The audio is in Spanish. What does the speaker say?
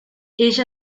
ella